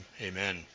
Amen